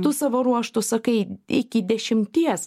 tu savo ruožtu sakai iki dešimties